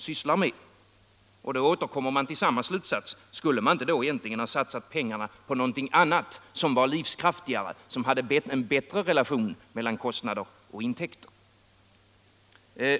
Därmed återkommer man till samma fråga: Skulle man egentligen inte ha satsat pengarna på något annat företag som var livskraftigare, som hade bättre relation mellan kostnader och intäkter.